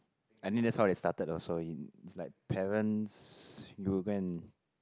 I think that's how they started also it's like parents you will go and